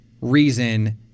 reason